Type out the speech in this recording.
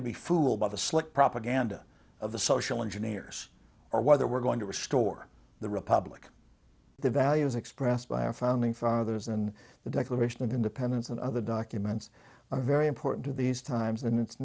to be fooled by the slick propaganda of the social engineers or whether we're going to restore the republic the values expressed by our founding fathers and the declaration of independence and other documents are very important to these times and it's